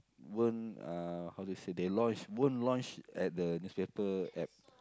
won't uh how to say they launch won't launch at the newspaper App